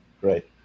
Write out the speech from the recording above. Great